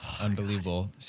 Unbelievable